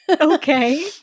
Okay